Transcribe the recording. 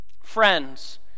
friends